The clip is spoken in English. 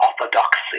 orthodoxy